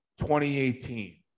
2018